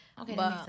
Okay